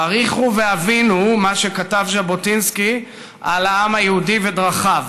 העריכו והבינו מה שכתב ז'בוטינסקי על העם היהודי ודרכיו.